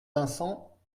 vincent